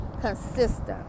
consistent